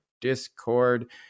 Discord